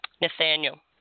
Nathaniel